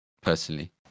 personally